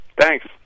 thanks